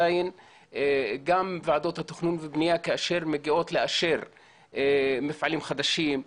גם ועדות התכנון והבניה כאשר מגיעות לאשר מפעלים חדשים,